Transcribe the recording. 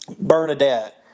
Bernadette